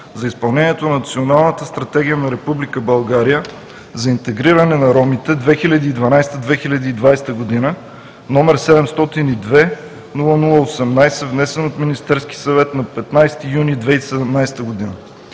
за изпълнението на Националната стратегия на Република България за интегриране на ромите (2012 – 2020), № 702-00-18, внесен от Министерски съвет на 15 юни 2017 г.